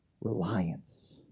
reliance